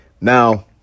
now